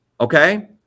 Okay